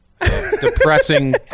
Depressing